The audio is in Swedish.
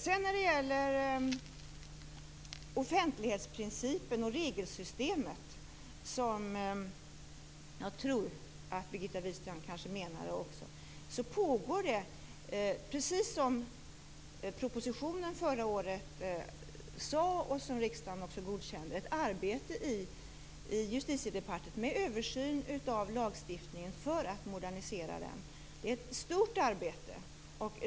När det sedan gäller offentlighetsprincipen och regelsystemet, som jag tror att Birgitta Wistrand kanske också menade, pågår det precis som sades i propositionen förra året och som riksdagen också godkände ett arbete i Justitiedepartementet med översyn av lagstiftningen för att modernisera den. Det är ett stort arbete.